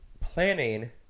planning